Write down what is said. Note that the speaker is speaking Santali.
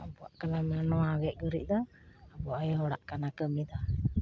ᱟᱵᱚᱣᱟᱜ ᱠᱟᱱᱟ ᱱᱚᱣᱟ ᱜᱮᱡ ᱜᱩᱨᱤᱡᱫᱚ ᱟᱵᱚ ᱟᱭᱳ ᱦᱚᱲᱟᱜ ᱠᱟᱱᱟ ᱠᱟᱹᱢᱤᱫᱚ